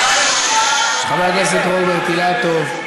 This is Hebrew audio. חבר הכנסת רוברט אילטוב.